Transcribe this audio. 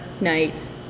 night